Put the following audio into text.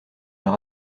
leur